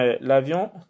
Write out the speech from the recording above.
l'avion